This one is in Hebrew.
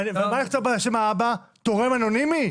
ומה נכתוב בשם האב תורם אנונימי?